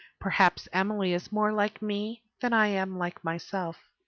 perhaps emily is more like me than i am like myself.